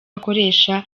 akoresha